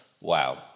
Wow